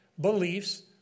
beliefs